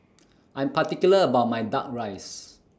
I'm particular about My Duck Rice